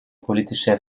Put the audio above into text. politischen